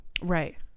right